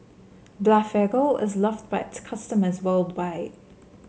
Blephagel is loved by its customers worldwide